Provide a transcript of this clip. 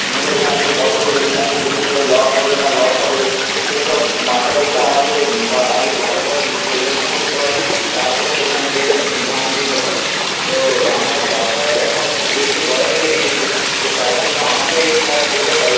মিল এখান থেকে কত দূরে সেখানকে যেতে গেলে লাভ হবে না লস হবে সেই সব মাথায় রেখে আমাকে ভা আগে ভালো করে পো পরিদর্শন করতে হয় তারপর সেখানে যেয়ে ধান দিতে হয় তো আমার বাবার এখন কো একটু বয়স হয়ে গিয়েছে তো তার জন্য আমাকেই প্রায় যেতে হয়